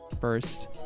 first